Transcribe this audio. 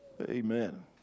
Amen